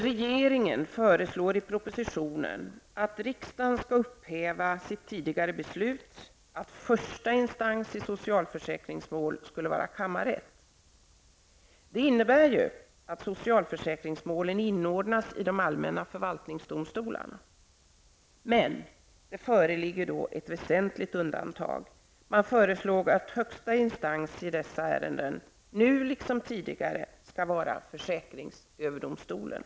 Regeringen föreslår i propositionen att riksdagen skall upphäva sitt tidigare beslut att första instans i socialförsäkringsmål skulle vara kammarrätt. Det innebär ju att socialförsäkringsmålen inordnas i de allmänna förvaltningsdomstolarna. Men det föreligger ett väsentligt undantag. Man föreslår att högsta instans i dessa ärenden nu liksom tidigare skall vara försäkringsöverdomstolen.